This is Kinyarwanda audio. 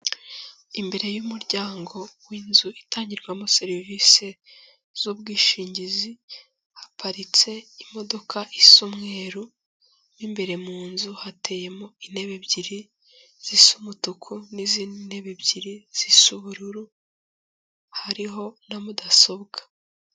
Imbere y'umuryango w'inzu itangirwamo serivisi z'ubwishingizi, haparitse imodoka isa umweru mo imbere mu nzu, hateyemo intebe ebyiri zisa umutuku n'izindi ebyiri zisa ubururu hariho na mudasobwa.